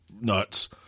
nuts